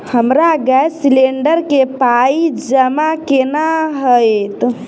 हमरा gas cylinder केँ पाई जमा केना हएत?